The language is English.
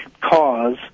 cause